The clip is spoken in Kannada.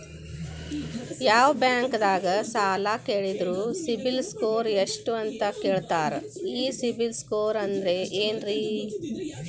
ಯಾವ ಬ್ಯಾಂಕ್ ದಾಗ ಸಾಲ ಕೇಳಿದರು ಸಿಬಿಲ್ ಸ್ಕೋರ್ ಎಷ್ಟು ಅಂತ ಕೇಳತಾರ, ಈ ಸಿಬಿಲ್ ಸ್ಕೋರ್ ಅಂದ್ರೆ ಏನ್ರಿ?